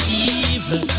evil